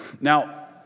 Now